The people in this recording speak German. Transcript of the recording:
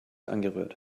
angerührt